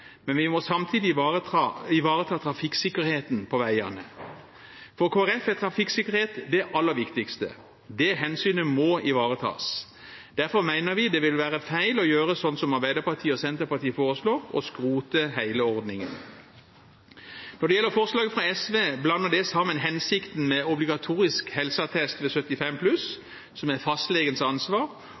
men vi må samtidig ivareta trafikksikkerheten på veiene. For Kristelig Folkeparti er trafikksikkerhet det aller viktigste. Det hensynet må ivaretas. Derfor mener vi det ville være feil å gjøre slik som Arbeiderpartiet og Senterpartiet foreslår, å skrote hele ordningen. Når det gjelder forslaget fra SV, blander det sammen hensikten med obligatorisk helseattest ved 75 pluss, som er fastlegens ansvar,